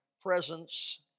presence